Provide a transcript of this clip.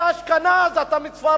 אתה אתיופי, אתה אשכנזי, אתה מספרד.